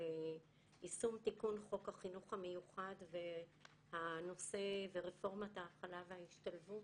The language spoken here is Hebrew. ליישום תיקון חוק החינוך המיוחד ונושא רפורמת ההכלה וההשתלבות,